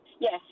Yes